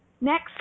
Next